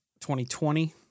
2020